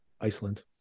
Iceland